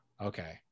okay